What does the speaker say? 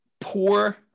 Poor